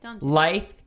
Life